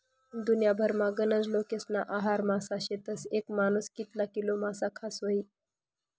दुन्याभरमा गनज लोकेस्ना आहार मासा शेतस, येक मानूस कितला किलो मासा खास व्हयी?